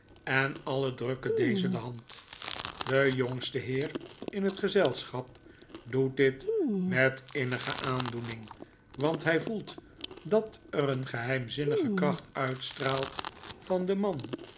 en alien drukken dezen de hand de jongste heer in het gezelschap doet dit met innige aandoening want hij voelt dat er een geheimzinnige kracht uitstraalt van den man